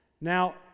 now